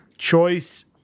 Choice